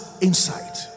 insight